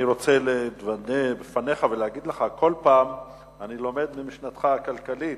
אני רוצה להתוודות בפניך ולהגיד לך שכל פעם אני לומד ממשנתך הכלכלית.